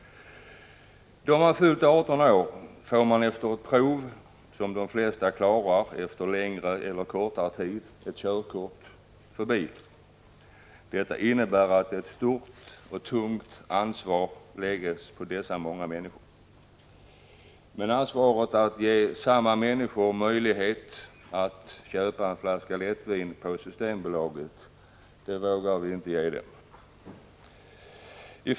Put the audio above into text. Då man fyllt 18 år får man efter ett prov, som de flesta efter längre eller kortare tid klarar, ett körkort för bil. Detta innebär att ett stort och tungt ansvar läggs på dessa människor. Men ansvaret att köpa en flaska lättvin på Systembolaget vågar vi inte ge dessa samma människor.